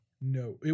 No